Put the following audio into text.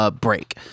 break